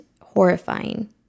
horrifying